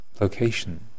location